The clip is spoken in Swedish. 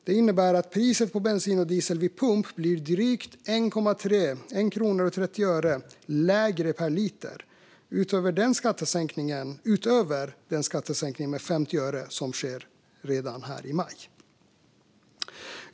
Det innebär att priset på bensin och diesel vid pump blir drygt 1 krona och 30 öre lägre per liter, utöver den skattesänkning med 50 öre som sker redan i maj.